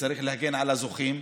וצריך להגן על הזוכים,